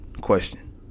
question